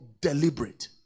Deliberate